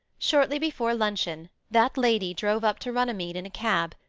shortly before luncheon that lady drove up to runnymede in a cab,